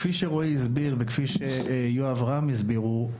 כפי שרועי ויואב רם הסבירו,